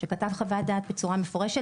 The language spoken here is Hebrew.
שכתב חוות דעת בצורה מפורשת.